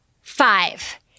five